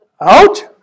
Out